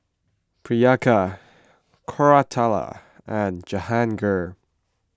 Priyanka Koratala and Jahangir